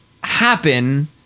happen